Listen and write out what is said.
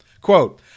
Quote